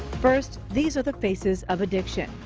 first. these are the faces of addiction.